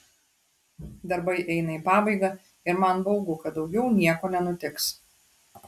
darbai eina į pabaigą ir man baugu kad daugiau nieko nenutiks